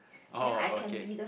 oh okay